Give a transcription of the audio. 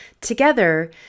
Together